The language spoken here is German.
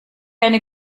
eine